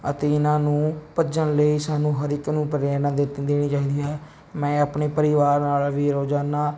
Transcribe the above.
ਅਤੇ ਇਨ੍ਹਾਂ ਨੂੰ ਭੱਜਣ ਲਈ ਸਾਨੂੰ ਹਰੇਕ ਨੂੰ ਪ੍ਰੇਰਨਾ ਦਿੱਤ ਦੇਣੀ ਚਾਹੀਦੀ ਹੈ ਮੈਂ ਆਪਣੇ ਪਰਿਵਾਰ ਨਾਲ ਵੀ ਰੋਜ਼ਾਨਾ